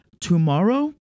Tomorrow